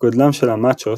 גודלם של ה-MACHOS